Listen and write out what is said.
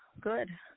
good